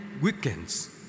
weekends